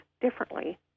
differently